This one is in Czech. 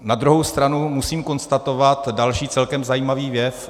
Na druhou stranu musím konstatovat další celkem zajímavý jev.